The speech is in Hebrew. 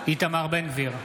איתמר בן גביר,